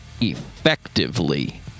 effectively